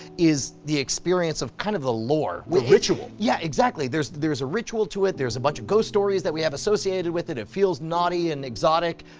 is the experience of kind of the lore. the ritual. yeah, exactly. there's there's a ritual to it, there's a bunch of ghost stories that we have associated with it, it feels naughty and exotic.